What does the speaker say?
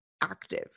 active